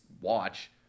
watch